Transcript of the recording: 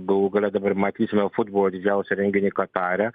galų gale dabar matysime futbolo didžiausią renginį katare